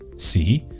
see,